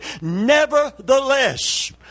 Nevertheless